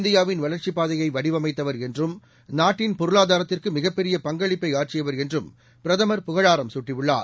இந்தியாவின் வளர்ச்சிப் பாதையை வடிவமைத்தவர் என்றும் நாட்டின் பொருளாதரத்திற்கு மிகப்பெரிய பங்களிப்பை ஆற்றியவர் என்றும் பிரதமர் புகழாரம் சூட்டியுள்ளார்